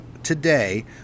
today